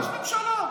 יש ממשלה.